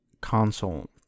console